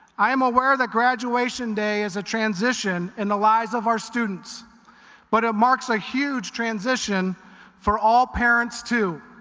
i am aware that graduation day is a transition in the lives of our students but it marks a huge transition for all parents too.